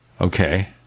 Okay